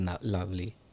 lovely